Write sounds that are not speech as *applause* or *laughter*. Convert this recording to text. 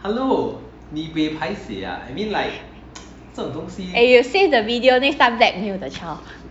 *noise*